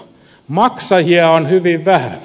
maksajia on hyvin vähän